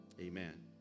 Amen